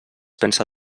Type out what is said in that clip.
pensa